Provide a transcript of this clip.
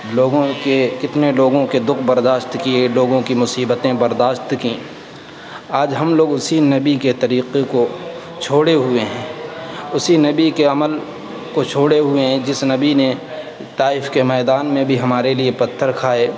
لوگوں کے کتنے لوگوں کے دکھ برداشت کیے لوگوں کی مصیبتیں برداشت کیں آج ہم لوگ اسی نبی کے طریقے کو چھوڑے ہوئے ہیں اسی نبی کے عمل کو چھوڑے ہوئے ہیں جس نبی نے طائف کے میدان میں بھی ہمارے لیے پتھر کھائے